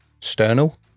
sternal